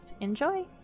enjoy